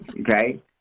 okay